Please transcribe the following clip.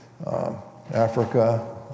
Africa